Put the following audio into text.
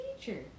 teacher